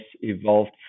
evolved